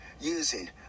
using